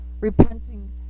repenting